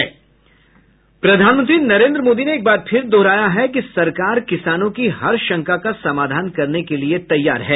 प्रधानमंत्री नरेन्द्र मोदी ने एक बार फिर दोहराया है कि सरकार किसानों की हर शंका का समाधान करने के लिए तैयार है